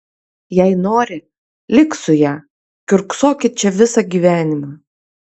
jei nori lik su ja kiurksokit čia visą gyvenimą